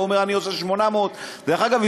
ההוא אומר: אני עושה 800. דרך אגב,